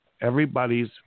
everybody's